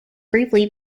briefly